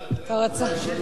אני רוצה להתייחס,